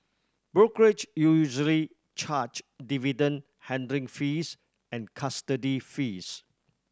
brokerage usually charge dividend handling fees and custody fees